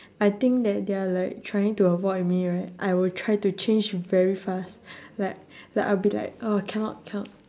I think that they are like trying to avoid me right I will try to change very fast like like I'll be like ah cannot cannot